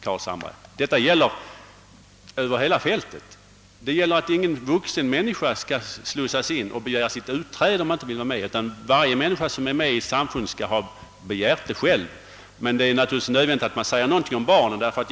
Bakom motionen ligger tanken att ingen vuxen människa skall automatiskt slussas in i ett samfund och tvingas begära utträde om hon inte vill vara med. Varje människa skall för att bli medlem i ett samfund begära inträde i samfundet. Men det är naturligtvis nödvändigt att man försöker lösa frågan om barnens samfundstillhörighet.